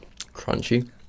Crunchy